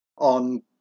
on